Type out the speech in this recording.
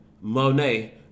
Monet